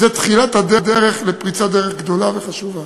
זאת תחילת דרך ופריצת דרך גדולה וחשובה.